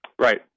Right